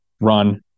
run